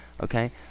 Okay